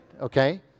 Okay